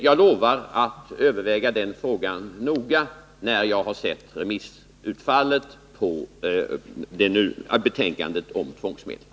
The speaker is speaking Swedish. Jag lovar att överväga den frågan noga när jag har sett remissutfallet på betänkandet om tvångsmedel.